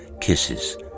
Kisses